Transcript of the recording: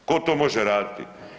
Tko to može raditi?